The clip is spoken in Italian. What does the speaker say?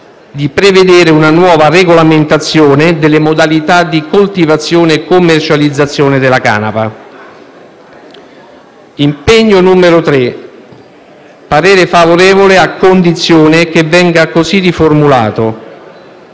di prevedere una nuova regolamentazione delle modalità di coltivazione e commercializzazione della canapa». Sull'impegno 3) il parere è favorevole a condizione che venga così riformulato: